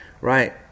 right